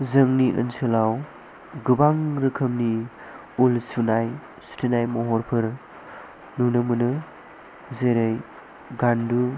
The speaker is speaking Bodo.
जोंनि ओनसोलाव गोबां रोखोमनि उल सुनाय सुथेनाय महरफोर नुनो मोनो जेरै गान्दु